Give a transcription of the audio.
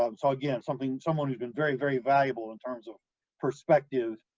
um so again, something someone who's been very, very valuable in terms of perspective,